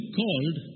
called